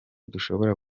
dushobora